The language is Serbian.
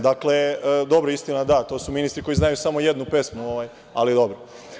Dakle, dobro istina da, to su ministri koji znaju samo jednu pesmu, ali dobro.